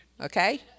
Okay